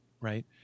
right